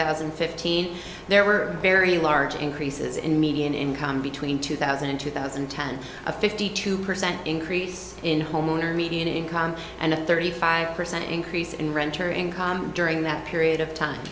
thousand and fifteen there were very large increases in median income between two thousand and two thousand and ten a fifty two percent increase in homeowner median income and a thirty five percent increase in renter income during that period of